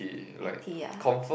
i_t ya